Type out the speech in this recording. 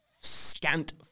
scant